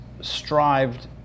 strived